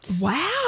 wow